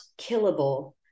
killable